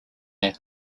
there